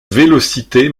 vélocité